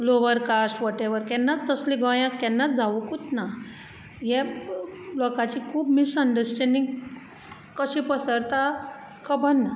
lower caste वोटेवर केन्नात तशें गोंयांत केन्ना जावुकूंत ना हें लोकाची खूब मिसअंडस्टेंडींग कशें पसरता खबर ना